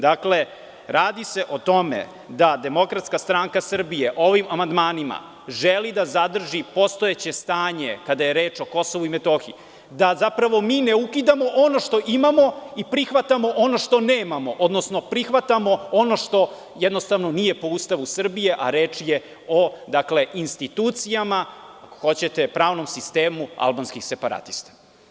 Dakle, radi se o tome da DSS ovim amandmanima želi da zadrži postojeće stanje kada je reč o Kosovu i Metohiji, da zapravo mi ne ukidamo ono što imamo i prihvatamo ono što nemamo, odnosno prihvatamo ono što jednostavno nije po Ustavu Srbije, a reč je o institucijama, pravnom sistemu albanskih separatista.